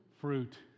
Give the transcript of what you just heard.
fruit